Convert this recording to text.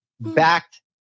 backed